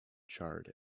charred